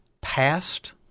past